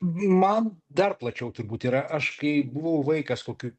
man dar plačiau turbūt yra aš kai buvau vaikas kokių